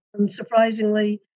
unsurprisingly